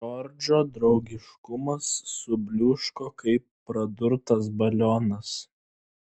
džordžo draugiškumas subliūško kaip pradurtas balionas